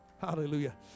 Hallelujah